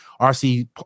RC